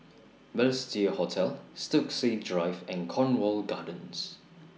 Balestier Hotel Stokesay Drive and Cornwall Gardens